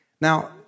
Now